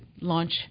launch